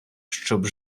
щоб